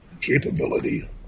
capability